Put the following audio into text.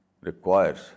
requires